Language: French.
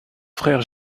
frères